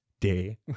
day